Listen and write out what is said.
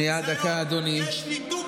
מ-220 ל-300,